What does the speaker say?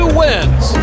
wins